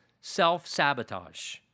self-sabotage